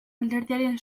alderdiaren